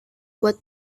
kuat